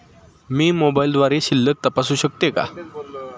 मी मोबाइलद्वारे शिल्लक तपासू शकते का?